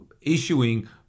issuing